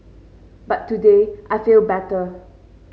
but today I feel better